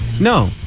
No